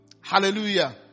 Hallelujah